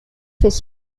his